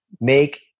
make